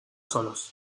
solos